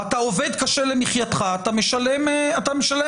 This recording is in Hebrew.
אתה עובד קשה למחייתך אתה משלם מס,